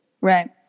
Right